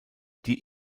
die